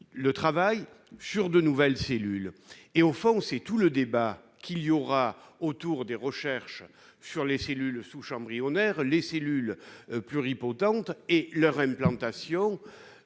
le travail sur de nouvelles cellules. Au fond, tout le débat tourne autour des recherches sur les cellules souches embryonnaires, sur les cellules pluripotentes et sur leur implantation